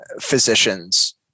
physicians